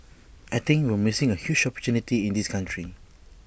I think we're missing A huge opportunity in this country